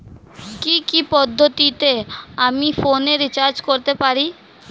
কি কি পদ্ধতিতে আমি ফোনে রিচার্জ করতে পারি?